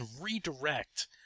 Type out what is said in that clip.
redirect